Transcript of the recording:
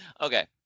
Okay